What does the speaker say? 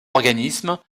organismes